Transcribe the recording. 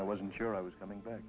i wasn't sure i was coming back